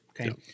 okay